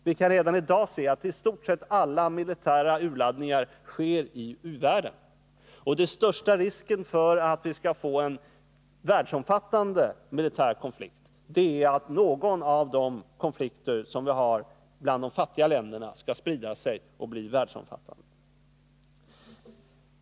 Vi kan redan i dag se att istort sett alla militära urladdningar sker i u-världen, och den största risken för en världsomfattande militär konflikt är att någon av de konflikter vi har bland de fattiga länderna skall sprida sig och bli världsomfattande.